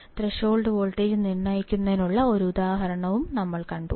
threshold voltage നിർണ്ണയിക്കുന്നതിനുള്ള ഒരു ഉദാഹരണം ഞങ്ങൾ കണ്ടു